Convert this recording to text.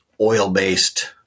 oil-based